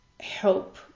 help